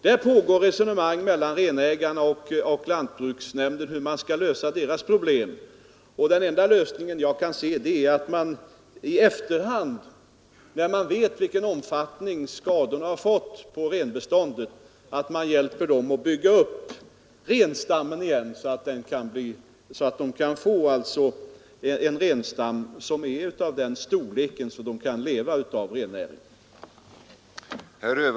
Det pågår resonemang mellan renägarna och lantbruksnämnden hur man skall lösa deras problem. Den enda lösning jag kan se är att man i efterhand — när man vet vilken omfattning skadorna fått på renbeståndet — hjälper dem bygga upp renstammen igen, så att den får en sådan storlek att samerna kan leva av rennäringen.